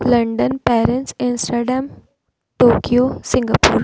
London Paris Amsterdam Tokyo Singapore